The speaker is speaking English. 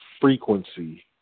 frequency